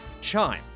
Chime